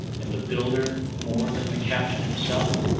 and the builder more than the captain himself,